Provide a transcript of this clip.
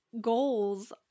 goals